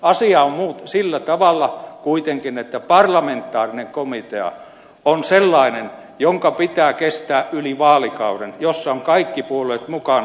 asia on sillä tavalla kuitenkin että parlamentaarinen komitea on sellainen jonka pitää kestää yli vaalikauden jossa ovat kaikki puolueet mukana